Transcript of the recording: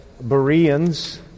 Bereans